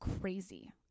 crazy